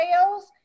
sales